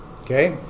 Okay